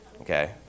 Okay